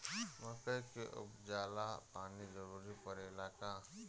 मकई के उपजाव ला पानी के जरूरत परेला का?